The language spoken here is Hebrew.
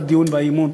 הדיון באי-אמון.